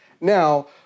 Now